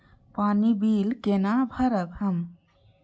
पानी बील केना भरब हम?